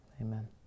Amen